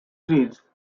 trees